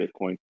bitcoin